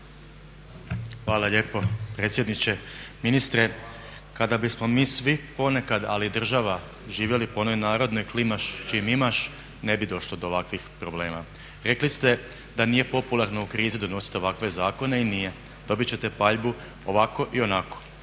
Hvala lijepo predsjedniče. Ministre, kada bismo mi svi ponekad ali i država živjeli po onoj narodnoj "klimaš s čim imaš" ne bi došlo do ovakvih problema. Rekli ste da nije popularno u krizi donosit ovakve zakone i nije. Dobit ćete paljbu ovako i onako.